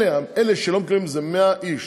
אלה שלא מקבלים זה 100 איש.